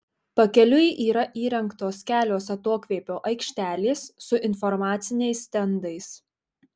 pakeliui yra įrengtos kelios atokvėpio aikštelės su informaciniais stendais